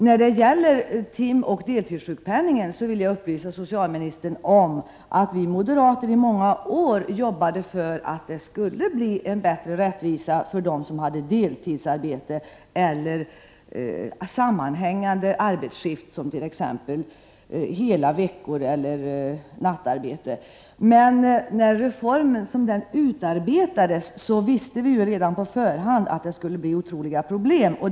När det gäller timoch deltidssjukpenningen vill jag upplysa socialministern om att vi moderater i många år arbetade för att det skulle bli större rättvisa för dem som hade deltidsarbete eller sammanhängande arbetsskift, t.ex. hela veckor eller nattarbete. Men när reformen utarbetades visste vi på förhand att den skulle medföra otroliga problem.